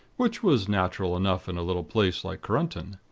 which was natural enough in a little place like korunton.